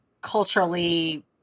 culturally